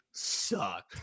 suck